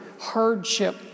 hardship